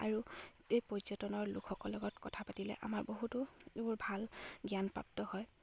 আৰু এই পৰ্যটনৰ লোকসকল লগত কথা পাতিলে আমাৰ বহুতো এইবোৰ ভাল জ্ঞান প্ৰাপ্ত হয়